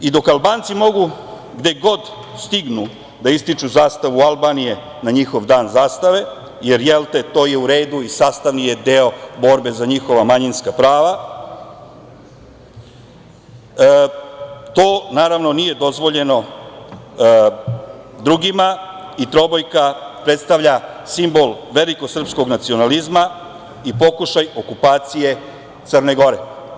I dok Albanci mogu gde god stignu da ističu zastavu Albanije na njihov dan zastave, jer jel te to je u redu i sastavni je deo borbe za njihova manjinska prava, to naravno nije dozvoljeno drugima i trobojka predstavlja simbol velikog srpskog nacionalizma i pokušaj okupacije Crne Gore.